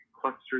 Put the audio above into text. clusters